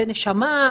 לנשמה,